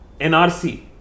NRC